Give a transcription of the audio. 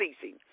ceasing